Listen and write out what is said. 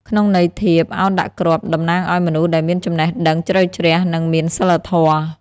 ក្នុងន័យធៀប «ឱនដាក់គ្រាប់» តំណាងឱ្យមនុស្សដែលមានចំណេះដឹងជ្រៅជ្រះ និងមានសីលធម៌។